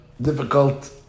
difficult